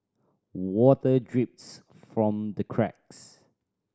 water drips from the cracks